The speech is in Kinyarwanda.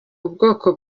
ubwoko